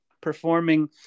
performing